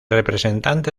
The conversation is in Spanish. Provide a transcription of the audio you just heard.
representante